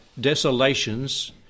desolations